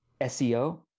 SEO